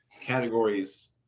categories